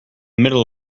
middle